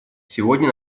сегодня